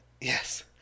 yes